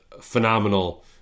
phenomenal